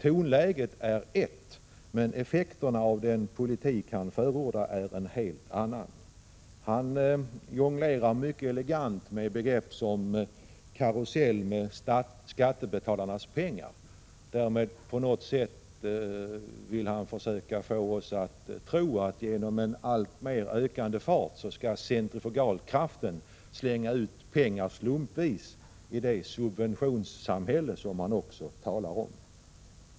Tonläget är ett, men effekterna av den politik han förordar är helt andra. Rolf Dahlberg jonglerar mycket elegant med begrepp som ”karusell med skattebetalarnas pengar”, och därmed vill han på något sätt få oss att tro att genom en alltmer ökande fart skall centrifugalkraften slänga ut pengar slumpvis i det ”subventionssamhälle” som han också talar om.